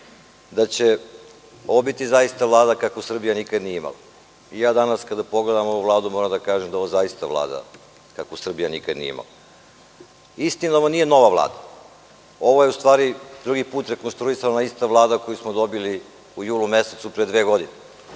da će ovo biti zaista Vlada kakvu Srbija nikada nije imala. Danas kada pogledam ovu Vladu moram da kažem da je ovo zaista Vlada kakvu Srbija nikad nije imala. Istina, ovo nije nova Vlada, ovo je u stvari, drugi put rekonstruisana ista Vlada koju smo dobili u julu mesecu pre dve godine,